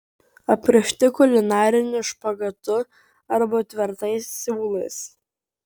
aprišti kulinariniu špagatu arba tvirtais siūlais